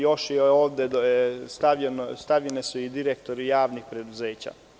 Još su ovde stavljeni i direktori javnih preduzeća.